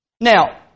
Now